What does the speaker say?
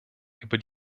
über